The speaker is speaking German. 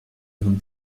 ihren